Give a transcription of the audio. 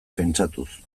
pentsatuz